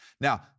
now